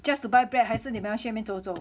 just to buy bread 还是你们要去那边走走